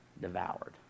devoured